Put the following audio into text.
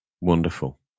Wonderful